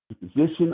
position